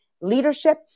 leadership